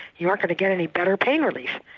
you're not going to get any better pain relief.